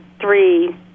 three